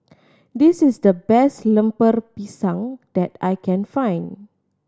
this is the best Lemper Pisang that I can find